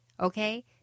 okay